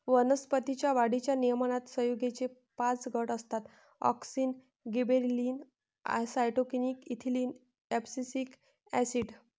वनस्पतीं च्या वाढीच्या नियमनात संयुगेचे पाच गट असतातः auxin, gibberellin, cytokinin, ethylene, abscisic acid